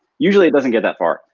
usually it doesn't get that far.